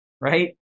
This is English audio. right